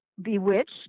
Bewitched